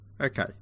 Okay